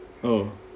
oh